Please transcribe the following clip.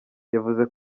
yavuze